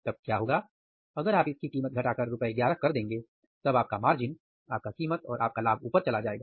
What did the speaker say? तब क्या होगा अगर आप इसकी कीमत घटाकर ₹11 कर देंगे तब आपका मार्जिन आप का कीमत और आप का लाभ ऊपर चला जाएगा